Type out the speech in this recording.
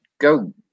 go